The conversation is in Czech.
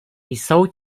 jsou